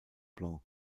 blanc